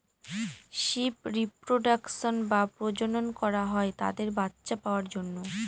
sheep reproduction বা প্রজনন করা হয় তাদের বাচ্চা পাওয়ার জন্য